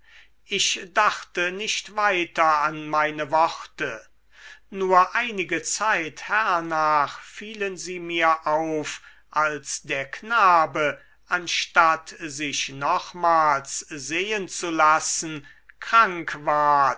ich dachte nicht weiter an meine worte nur einige zeit hernach fielen sie mir auf als der knabe anstatt sich nochmals sehen zu lassen krank ward